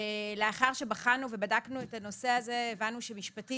לאחר שבחנו ובדקנו את הנושא הזה הבנו שמשפטית